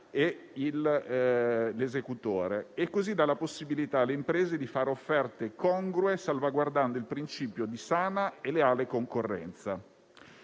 e l'esecutore e così dà la possibilità alle imprese di fare offerte congrue, salvaguardando il principio di sana e leale concorrenza.